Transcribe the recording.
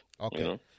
Okay